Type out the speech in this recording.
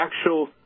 actual